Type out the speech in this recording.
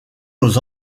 aux